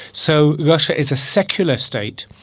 so russia is a secular state,